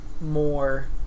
more